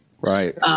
Right